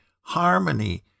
harmony